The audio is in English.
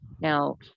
Now